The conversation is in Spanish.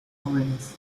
jóvenes